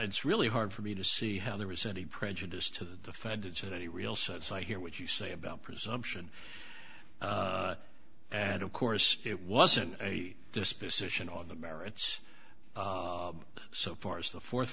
it's really hard for me to see how there was any prejudice to the feds had any real sense i hear what you say about presumption and of course it wasn't a disposition on the merits so far as the fourth